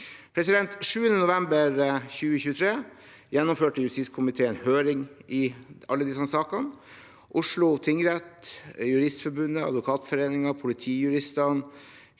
Den 7. november 2023 gjennomførte justiskomiteen høring i alle disse sakene. Oslo tingrett, Juristforbundet, Advokatforeningen, Politijuristene,